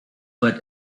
but